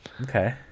Okay